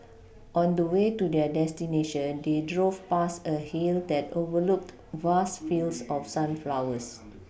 on the way to their destination they drove past a hill that overlooked vast fields of sunflowers